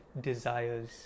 desires